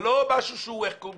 זה לא משהו שהוא חרדי,